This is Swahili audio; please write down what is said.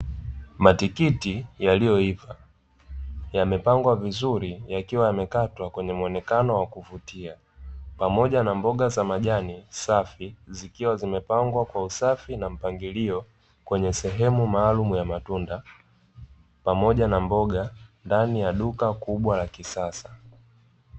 Matikiti yaliyoiva yamepangwa vizuri yakiwa yamekatwa kwenye muonekano wa kuvutia, pamoja na mboga za majani safi zikiwa zimepangwa kwa usafi na mpangilio kwenye sehemu maalumu ya matunda pamoja na mboga ndani ya duka kubwa la kisasa.